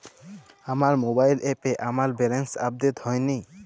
আমার মোবাইল অ্যাপে আমার ব্যালেন্স আপডেট হয়নি